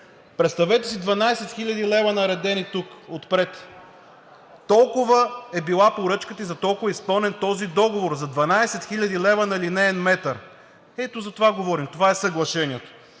Представете си 12 хил. лв. наредени тук отпред. Толкова е била поръчката и за толкова е изпълнен този договор. За 12 хил. лв. на линеен метър?! Ето за това говорим. Това е съглашението.